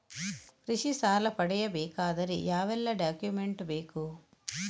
ಕೃಷಿ ಸಾಲ ಪಡೆಯಬೇಕಾದರೆ ಯಾವೆಲ್ಲ ಡಾಕ್ಯುಮೆಂಟ್ ಬೇಕು?